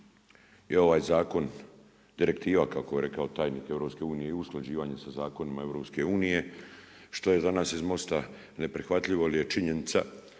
je ovaj zakon direktiva kako je rekao tajnik EU i usklađivanjem sa zakonima EU što je za nas iz MOST-a neprihvatljivo jel je da